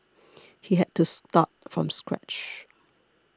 he had to start from scratch